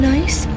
Nice